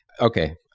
Okay